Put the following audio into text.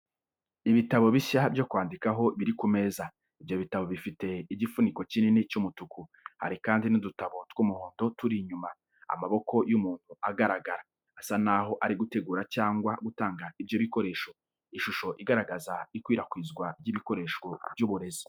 Ibitabo bishya byo kwandikaho biri ku meza, ibyo bitabo bifite igifuniko kinini cy'umutuku. Hari kandi n'udutabo tw'umuhondo turi inyuma. Amaboko y'umuntu aragaragara, asa naho ari gutegura cyangwa gutanga ibyo bikoresho. Ishusho igaragaza ikwirakwizwa ry'ibikoresho by'uburezi.